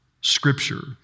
Scripture